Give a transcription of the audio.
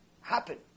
happen